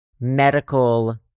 medical